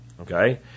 Okay